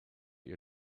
your